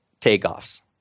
takeoffs